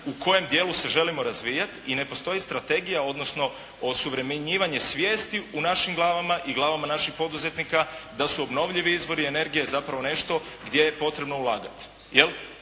u kojem dijelu se želimo razvijati i ne postoji strategija, odnosno osuvremenjivanje svijesti u našim glavama i glavama naših poduzetnika da su obnovljivi izvori energije zapravo nešto gdje je potrebno ulagati